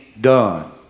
done